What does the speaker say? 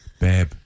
babe